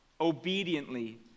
obediently